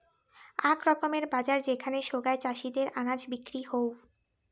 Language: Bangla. আক রকমের বাজার যেখানে সোগায় চাষীদের আনাজ বিক্রি হউ